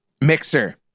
mixer